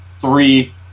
three